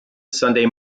sunday